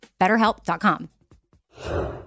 BetterHelp.com